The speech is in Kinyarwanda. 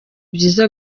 byiza